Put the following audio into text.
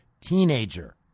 teenager